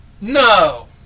No